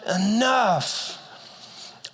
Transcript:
enough